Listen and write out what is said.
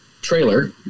trailer